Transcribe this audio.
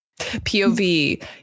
POV